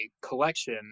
collection